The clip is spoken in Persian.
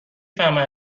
فهمه